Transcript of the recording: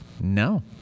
No